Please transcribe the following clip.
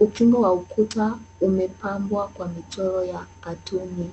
Ukingo wa ukuta umepambwa kwa michoro ya katuni.